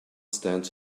stand